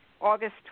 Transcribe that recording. August